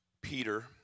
Peter